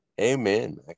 amen